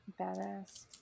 badass